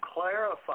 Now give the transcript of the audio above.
clarify